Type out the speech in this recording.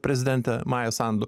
prezidentę mają sandu